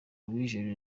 bijejwe